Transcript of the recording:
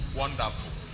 wonderful